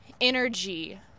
energy